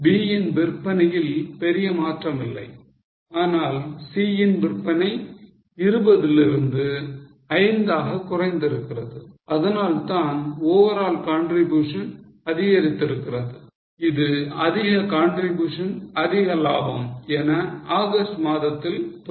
B ன் விற்பனையில் பெரிய மாற்றமில்லை ஆனால் C ன் விற்பனை இருபதிலிருந்து ஐந்தாக குறைந்திருக்கிறது அதனால்தான் overall contribution அதிகரித்திருக்கிறது இது அதிக contribution அதிக லாபம் என ஆகஸ்ட் மாதத்தில் தொடர்கிறது